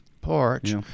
porch